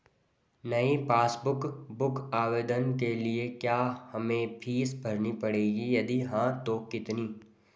नयी passbook book आवेदन के लिए क्या हमें फीस भरनी पड़ेगी यदि हाँ तो कितनी?